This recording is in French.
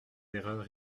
erreurs